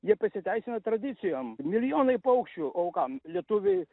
jie pasiteisina tradicijom milijonai paukščių o kam lietuviai